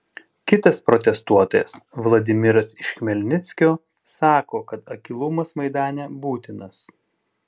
kitas protestuotojas vladimiras iš chmelnickio sako kad akylumas maidane būtinas